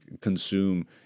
consume